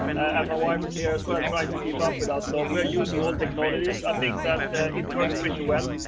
and my wife is here as well trying to keep up with us. so we are using all technologies. i think that it works pretty well.